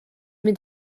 mynd